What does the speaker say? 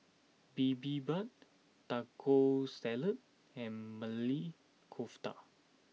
Bibimbap Taco Salad and Maili Kofta